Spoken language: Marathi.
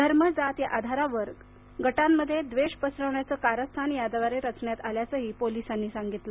धर्म जात या आधारावर गटांमध्ये द्वेष पसरवण्याचं कारस्थान याद्वारे रचण्यात आल्याचं पोलीसांनी सांगितलं